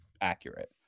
accurate